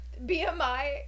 BMI